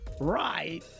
Right